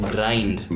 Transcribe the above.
Grind